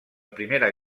primera